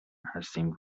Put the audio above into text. هستیم